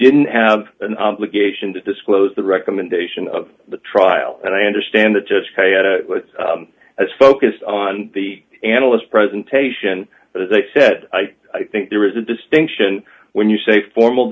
didn't have an obligation to disclose the recommendation of the trial and i understand that as focused on the analyst presentation as i said i think there is a distinction when you say formal